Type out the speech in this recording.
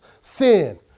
sin